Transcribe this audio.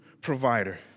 provider